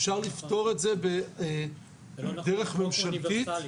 אפשר לפתור את זה בדרך ממשלתית,